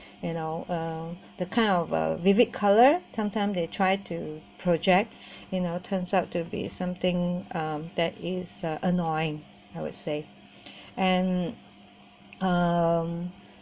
you know uh the kind of uh vivid colour sometime they try to project you know turns out to be something um that is uh annoying I would say and uh